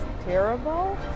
terrible